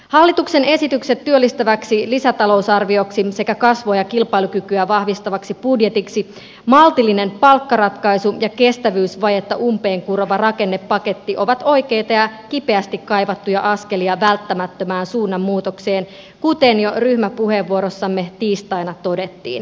hallituksen esitykset työllistäväksi lisätalousarvioksi sekä kasvua ja kilpailukykyä vahvistavaksi budjetiksi maltillinen palkkaratkaisu ja kestävyysvajetta umpeen kurova rakennepaketti ovat oikeita ja kipeästi kaivattuja askelia välttämättömään suunnanmuutokseen kuten jo ryhmäpuheenvuorossamme tiistaina todettiin